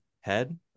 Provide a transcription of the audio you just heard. head